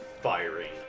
firing